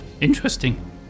interesting